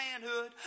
manhood